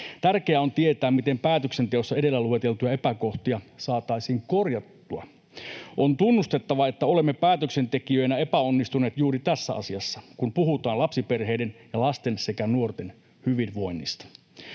Tärkeää on tietää, miten päätöksenteossa edellä lueteltuja epäkohtia saataisiin korjattua. On tunnustettava, että olemme päätöksentekijöinä epäonnistuneet juuri tässä asiassa, kun puhutaan lapsiperheiden ja lasten sekä nuorten hyvinvoinnista.